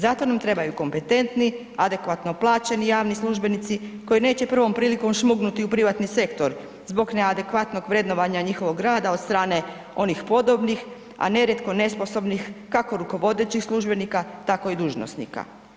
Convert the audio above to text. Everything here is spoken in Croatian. Zato nam trebaju kompetentni, adekvatno plaćeni javni službenici koji neće prvom prilikom šmugnuti u privatni sektor zbog neadekvatnog vrednovanja njihovog rada od strane onih podobnih, a nerijetko nesposobnih kako rukovodećih službenika, tako i dužnosnika.